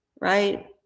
right